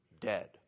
dead